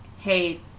hey